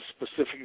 specific